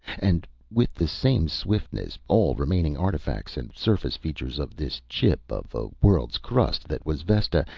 and, with the same swiftness, all remaining artifacts and surface features of this chip of a world's crust that was vesta,